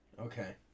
Okay